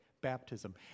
baptism